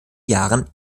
jahren